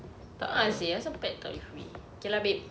a'ah seh apasal pad tak boleh free okay lah babe